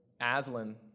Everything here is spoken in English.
Aslan